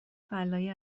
فلاحی